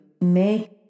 make